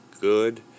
good